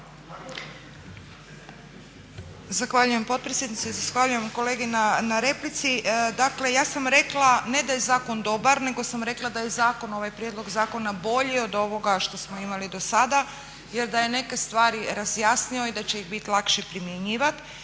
Zahvaljujem potpredsjednice. Zahvaljujem kolegi na replici. Dakle, ja sam rekla ne da je zakon dobar, nego sam rekla da je zakon, ovaj prijedlog zakona bolji od ovoga što smo imali do sada, jer da je neke stvari razjasnio i da će ih biti lakše primjenjivati